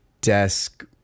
desk